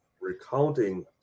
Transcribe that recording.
recounting